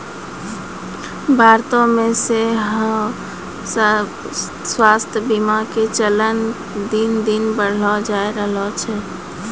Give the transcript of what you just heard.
भारतो मे सेहो स्वास्थ्य बीमा के चलन दिने दिन बढ़ले जाय रहलो छै